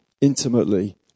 intimately